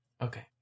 Okay